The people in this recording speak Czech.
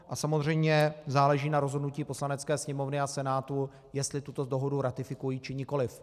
A samozřejmě záleží na rozhodnutí Poslanecké sněmovny a Senátu, jestli tuto dohodu ratifikují, či nikoli.